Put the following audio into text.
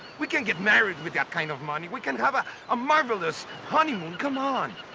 we can get married with that kind of money. we can have a ah marvelous honeymoon. come on.